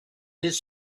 his